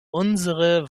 unsere